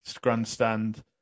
grandstand